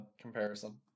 comparison